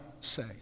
say